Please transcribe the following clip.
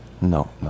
no